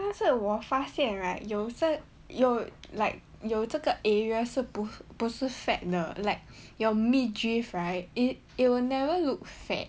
但是我发现 right 有有有这个 area 是不不是 fat 的 like your midriff right it it'll never look fat